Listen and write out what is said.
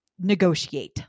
negotiate